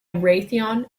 raytheon